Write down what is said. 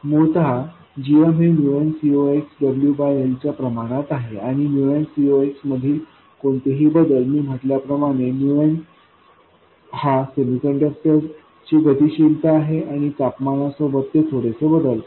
मूळतः gm हे nCoxWL च्या प्रमाणात आहे आणि nCox मधील कोणतेही बदल मी म्हटल्याप्रमाणे n हा सेमीकंडक्टर ची गतिशीलता आहे आणि तापमानासोबत ते थोडेसे बदलते